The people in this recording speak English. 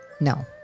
No